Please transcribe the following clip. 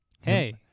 Hey